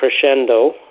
crescendo